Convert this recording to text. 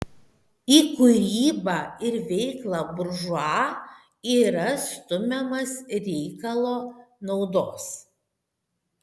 į kūrybą ir veiklą buržua yra stumiamas reikalo naudos